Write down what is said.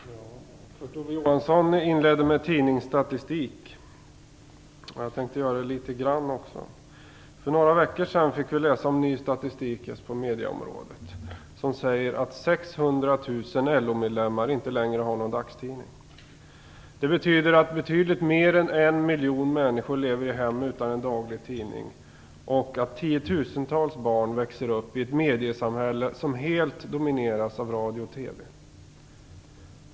Fru talman! Kurt Ove Johansson inledde med tidningsstatistik. Jag tänkte göra det litet grand också. För några veckor sedan fick vi läsa om ny statistik just på medieområdet, som säger att 600 000 LO medlemmar inte längre har någon dagstidning. Det innebär att betydligt mer än en miljon människor lever i ett hem utan en daglig tidning och att tiotusentals barn växer upp i ett mediesamhälle som helt domineras av radio och TV.